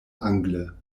angle